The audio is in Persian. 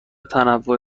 تهوع